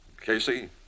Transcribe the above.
Casey